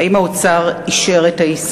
1. האם שר האוצר אישר את העסקה?